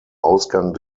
ausgang